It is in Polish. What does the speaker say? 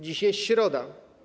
Dziś jest środa.